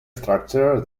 structure